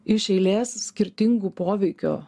iš eilės skirtingų poveikio